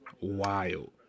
wild